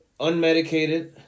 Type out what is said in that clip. unmedicated